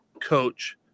coach